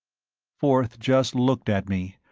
forth just looked at me,